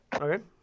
okay